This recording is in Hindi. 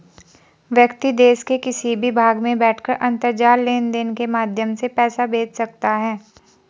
व्यक्ति देश के किसी भी भाग में बैठकर अंतरजाल लेनदेन के माध्यम से पैसा भेज सकता है